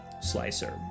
slicer